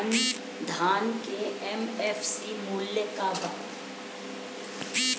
धान के एम.एफ.सी मूल्य का बा?